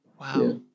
Wow